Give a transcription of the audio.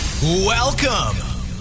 Welcome